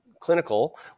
clinical